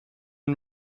and